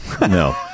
No